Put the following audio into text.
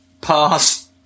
Pass